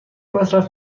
مصرف